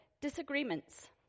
disagreements